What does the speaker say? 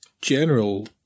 general